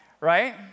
Right